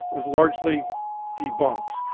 was largely debunked.